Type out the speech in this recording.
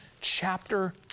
chapter